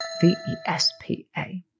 V-E-S-P-A